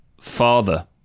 father